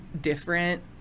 different